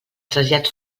trasllats